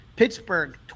Pittsburgh